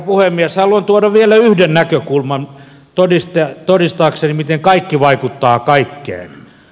haluan tuoda vielä yhden näkökulman todistaakseni miten kaikki vaikuttaa kaikkeen